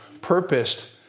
purposed